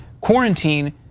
quarantine